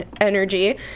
energy